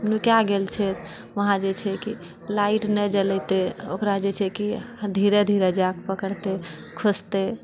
नुका गेल छै वहाँ जे छै कि लाइट नहि जलेतै ओकरा जे छै कि धीरे धीरे जाकऽ पकड़तै खोजतै